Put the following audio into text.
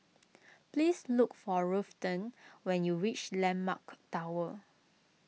please look for Ruthanne when you reach Landmark Tower